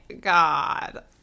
god